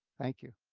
thank you.